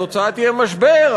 התוצאה תהיה משבר,